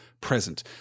present